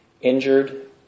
injured